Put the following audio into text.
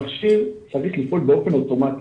המכשיר צריך לפעול באופן אוטומטי.